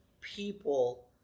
people